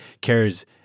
cares-